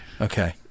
Okay